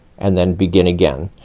and then begin again.